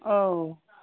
औ